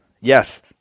Yes